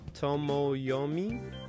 tomoyomi